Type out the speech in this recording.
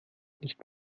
nicht